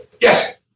Yes